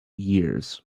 years